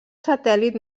satèl·lit